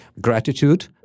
gratitude